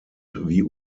wie